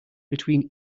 between